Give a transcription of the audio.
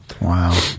wow